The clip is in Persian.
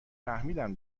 فهمیدم